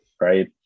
Right